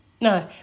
No